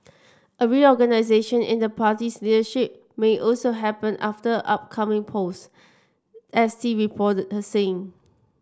a reorganisation in the party's leadership may also happen after upcoming polls S T reported her saying